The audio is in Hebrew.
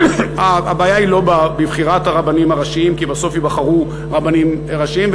הבעיה היא לא בבחירת הרבנים הראשיים כי בסוף יבחרו רבנים ראשיים.